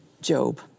Job